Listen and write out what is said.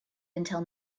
until